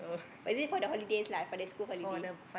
or is it for the holidays lah for the school holidays